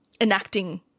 enacting